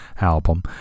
album